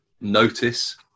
notice